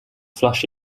flush